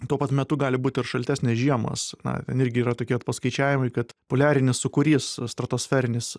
tuo pat metu gali būti ir šaltesnės žiemos na ten irgi yra tokie paskaičiavimai kad poliarinis sūkurys stratosferinis